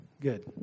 good